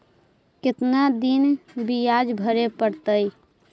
कितना दिन बियाज भरे परतैय?